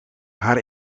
haar